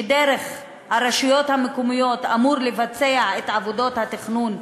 שדרך הרשויות המקומיות אמור לבצע את עבודות התכנון,